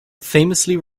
famously